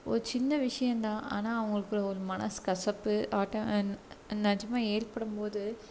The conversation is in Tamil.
ஒரு சின்ன விஷயம் தான் ஆனா அவங்களுக்குள்ள ஒரு மன கசப்பு ஆட்டோ என் நிஜமா ஏற்படும்போது